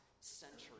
century